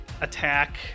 attack